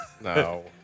No